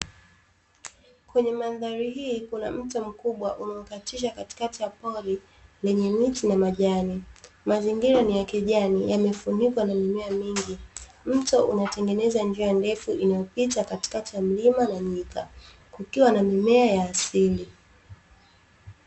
Kwenye mandhari hii Kuna mto mkubwa umekatisha katikati ya pori lenye miti na majani. Mazingira ni ya kijani yamefunikwa na mimea mingi .mto umetengeneza njia ndefu inayopita katikati ya mlima na nyika kukiwa na mimea ya asili .